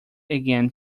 again